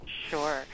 Sure